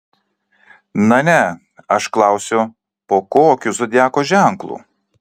na ne aš klausiu po kokiu zodiako ženklu